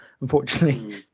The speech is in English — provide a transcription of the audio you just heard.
Unfortunately